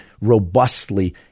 robustly